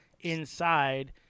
inside